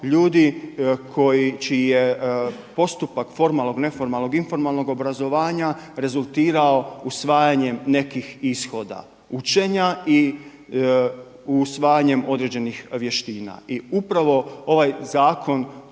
ljudi čiji je postupak formalnog, neformalnog, informalnog obrazovanja rezultirao usvajanjem nekih ishoda učenja i usvajanjem određenih vještina. I upravo ovaj zakon